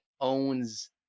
owns